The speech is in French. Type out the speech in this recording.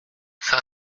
cinq